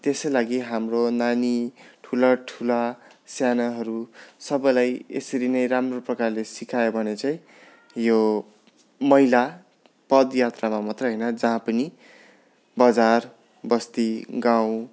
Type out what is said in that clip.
त्यसै लागि हाम्रो नानी ठुला ठुला सानाहरू सबैलाई यसरी नै राम्रो प्रकारले सिकायो भने चाहिँ यो मैला पद यात्रामा मात्रै होइन जहाँ पनि बजार बस्ती गाउँ